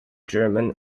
german